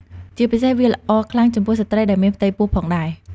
ជាពិសេសវាល្អខ្លាំងចំពោះស្រ្តីដែលមានផ្ទៃពោះផងដែរ។